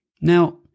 Now